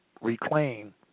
reclaim